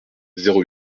zéro